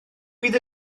bydd